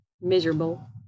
miserable